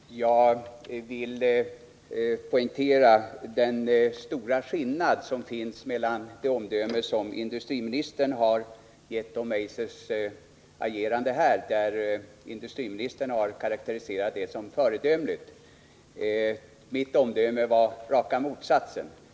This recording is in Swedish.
Fru talman! Jag vill poängtera den stora skillnaden mellan det omdörie som industriministern här har avgett om Eisers agerande — han karakteriserar det som föredömligt — och mitt omdöme, som var raka motsatsen.